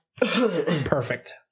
perfect